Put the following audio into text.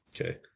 Okay